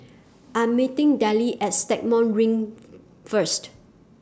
I Am meeting Dellie At Stagmont Ring First